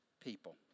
people